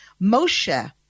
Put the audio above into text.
Moshe